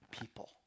people